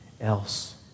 else